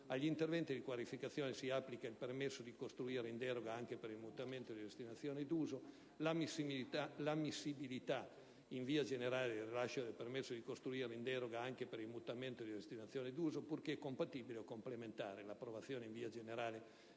agli interventi di riqualificazione del permesso di costruire in deroga anche per il mutamento di destinazione d'uso; l'ammissibilità in via generale del rilascio del permesso di costruire in deroga anche per il mutamento di destinazione d'uso, purché compatibile o complementare; l'approvazione in via generale